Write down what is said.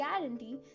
guarantee